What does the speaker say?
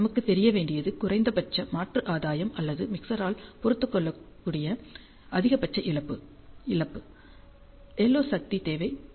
நமக்கு தெரியவேண்டியது குறைந்தபட்ச மாற்று ஆதாயம் அல்லது மிக்ஸரால் பொறுத்துக் கொள்ளக்கூடிய அதிகபட்ச இழப்பு LO சக்தி தேவை போர்ட் வி